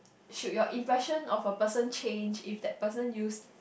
should you impression of a person change if that person use